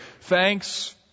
thanks